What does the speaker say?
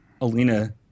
Alina